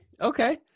okay